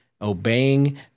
obeying